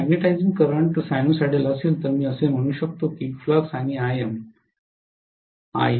जर magnetizing current sinusoidal असेल तर मी असे म्हणू शकतो की फ्लक्स आणि आयएम एकसारखे नसतात